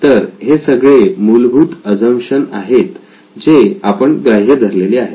तर हे सगळे मूलभूत अझम्पशन आहेत जे आपण ग्राह्य धरलेले आहेत